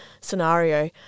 scenario